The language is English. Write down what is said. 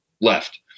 left